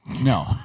no